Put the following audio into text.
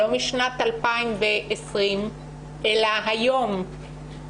גברתי, אני יודעת.